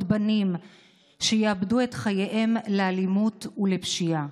בנים שיאבדו את חייהם לאלימות ולפשיעה.